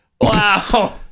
Wow